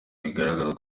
bigaragaza